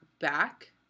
back